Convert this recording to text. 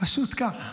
פשוט ככה.